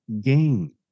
gain